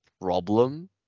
problem